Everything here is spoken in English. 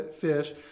fish